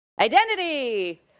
Identity